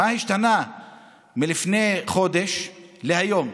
מה השתנה מלפני חודש להיום?